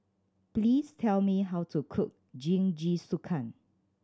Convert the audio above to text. please tell me how to cook Jingisukan